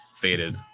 faded